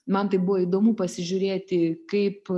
man tai buvo įdomu pasižiūrėti kaip